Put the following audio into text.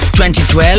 2012